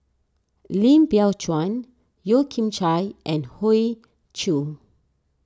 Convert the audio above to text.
Lim Biow Chuan Yeo Kian Chye and Hoey Choo